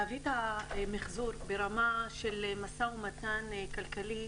להביא את המיחזור ברמה של משא ומתן כלכלי,